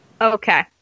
Okay